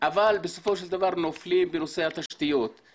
אבל בסופו של דבר נופלים בנושא התשתיות.